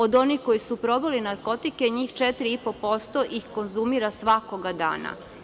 Od onih koji su probali narkotike, njih 4,5% ih konzumira svakog dana.